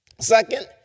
Second